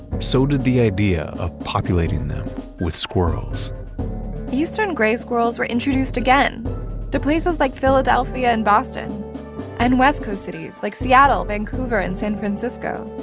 so did the idea of populating them with squirrels eastern grey squirrels were introduced again to places like philadelphia and boston and west coast cities like seattle, vancouver, and san francisco.